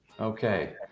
Okay